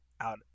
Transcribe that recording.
out